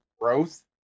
growth